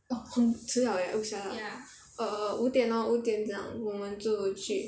orh 很迟 liao leh oh sia lah err 五点 lor 五点这样我们就去